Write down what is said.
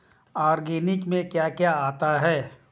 Organic में क्या क्या आता है?